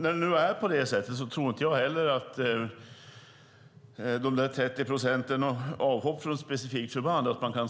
När det nu är på det sättet tror inte jag att man kan säga att de 30 procent som hoppar av från ett specifikt förband också handlar